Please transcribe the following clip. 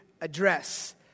address